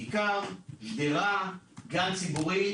כיכר, שדרה, גן ציבורי.